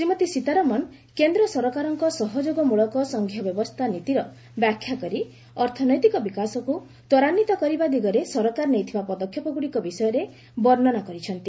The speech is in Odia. ଶ୍ରୀମତୀ ସୀତାରମଣ କେନ୍ଦ୍ର ସରକାରଙ୍କ ସହଯୋଗ ମୂଳକ ସଂଘୀୟ ବ୍ୟବସ୍ଥା ନୀତିର ବ୍ୟାଖ୍ୟା କରି ଅର୍ଥନୈତିକ ବିକାଶକ୍ତ ତ୍ୱରାନ୍ୱିତ କରିବା ଦିଗରେ ସରକାର ନେଇଥିବା ପଦକ୍ଷେପଗୁଡ଼ିକ ବିଷୟରେ ବର୍ଷ୍ଣନା କରିଛନ୍ତି